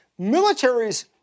militaries